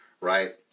right